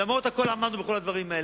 למרות הכול עמדנו בכל הדברים האלה.